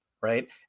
right